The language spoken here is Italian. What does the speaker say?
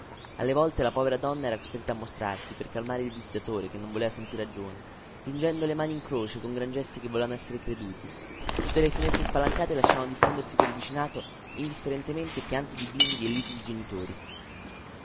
alle volte la povera donna era costretta a mostrarsi per calmare il visitatore che non voleva sentir ragione giungendo le mani in croce con gran gesti che volevano esser creduti tutte le finestre spalancate lasciavano diffondersi pel vicinato indifferentemente pianti di bimbi e liti di genitori